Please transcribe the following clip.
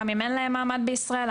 גם אם אין להם מעמד בישראל.